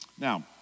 Now